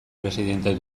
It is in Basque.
presidente